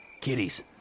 kitties